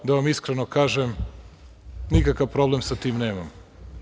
Da vam iskreno kažem nikakav problem sa time nemam.